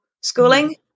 schooling